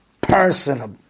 personal